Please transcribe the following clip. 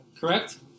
correct